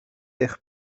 eich